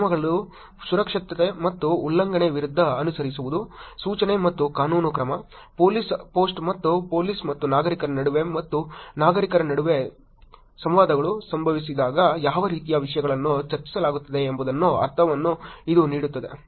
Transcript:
ನಿಯಮಗಳು ಸುರಕ್ಷತೆ ಮತ್ತು ಉಲ್ಲಂಘನೆಗಳ ವಿರುದ್ಧ ಅನುಸರಿಸುವುದು ಸೂಚನೆ ಮತ್ತು ಕಾನೂನು ಕ್ರಮ ಪೋಲೀಸ್ ಪೋಸ್ಟ್ ಮತ್ತು ಪೋಲೀಸ್ ಮತ್ತು ನಾಗರಿಕರ ನಡುವೆ ಮತ್ತು ನಾಗರಿಕರ ನಡುವೆ ಸಂವಾದಗಳು ಸಂಭವಿಸಿದಾಗ ಯಾವ ರೀತಿಯ ವಿಷಯಗಳನ್ನು ಚರ್ಚಿಸಲಾಗುತ್ತದೆ ಎಂಬುದರ ಅರ್ಥವನ್ನು ಇದು ನೀಡುತ್ತದೆ